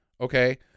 Okay